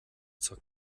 zur